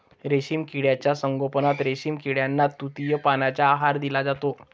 रेशीम किड्यांच्या संगोपनात रेशीम किड्यांना तुतीच्या पानांचा आहार दिला जातो